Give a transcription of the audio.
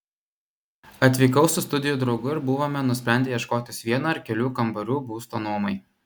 atvykau su studijų draugu ir buvome nusprendę ieškotis vieno ar kelių kambarių būsto nuomai